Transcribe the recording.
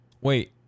Wait